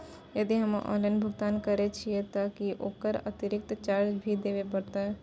यदि हम ऑनलाइन भुगतान करे छिये त की ओकर अतिरिक्त चार्ज भी देबे परतै?